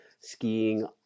skiing